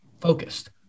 focused